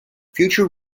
future